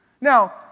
Now